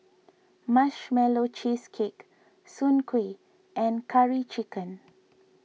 Marshmallow Cheesecake Soon Kueh and Curry Chicken